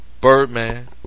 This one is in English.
Birdman